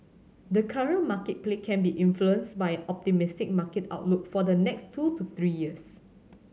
the current market play can be influenced by an optimistic market outlook for the next two to three years